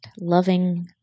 loving